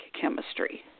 chemistry